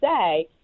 say